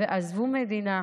ועזבו מדינה,